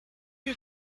you